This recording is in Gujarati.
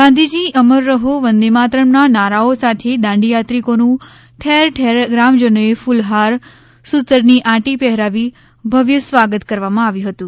ગાંધીજી અમર રહો વંદે માતરમના નારાઓ સાથે દાંડીયાત્રિકોનું ઠેર ઠેર ગ્રામજનોએ ફ્લહાર સૂતરની આટી પહેરાવી ભવ્ય સ્વાગત કરવામાં આવ્યું હતું